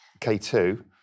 K2